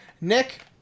Nick